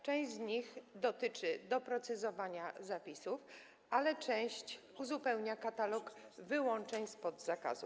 Część z nich dotyczy doprecyzowania zapisów, ale część uzupełnia katalog wyłączeń spod zakazu.